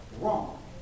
wrong